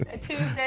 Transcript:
Tuesday